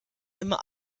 immer